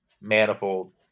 manifold